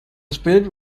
spirit